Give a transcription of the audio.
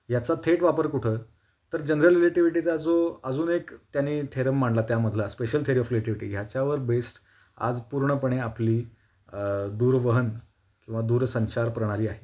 याचा थेट वापर कुठं तर जनरल रिलेटिव्हिटीचा जो अजून एक त्याने थेरम मांडला त्यामधला स्पेशल थेरी ऑफ रिलेटिविटी ह्याच्यावर बेस्ट आज पूर्णपणे आपली दूरवहन किंवा दूरसंचार प्रणाली आहे